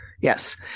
Yes